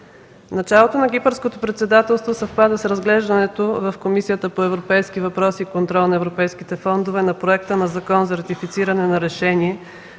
Началото на Кипърското председателство съвпада с разглеждането в Комисията по европейските въпроси и контрол на европейските фондове на проекта на Закон за ратифициране на Решение